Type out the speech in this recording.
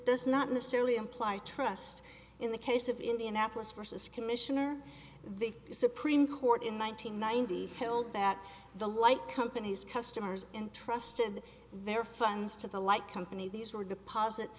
does not necessarily imply trust in the case of indianapolis versus commissioner the supreme court in one nine hundred ninety held that the light company's customers and trusted their funds to the light company these were deposits